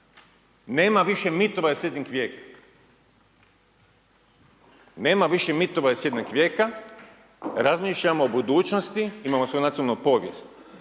karakteristika je slijedeća, nema više mitova srednjeg vijeka, razmišljamo o budućnosti, imamo svoju nacionalnu povijest.